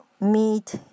meet